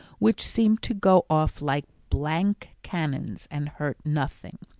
which seemed to go off like blank cannons and hurt nothing.